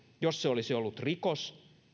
jos se olisi ollut rikos